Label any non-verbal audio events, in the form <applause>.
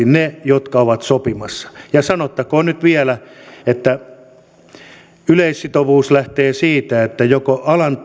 <unintelligible> ne jotka ovat normaalisti sopimassa sanottakoon nyt vielä että yleissitovuus lähtee siitä että joko alan <unintelligible>